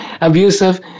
abusive